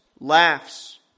Laughs